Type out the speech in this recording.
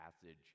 passage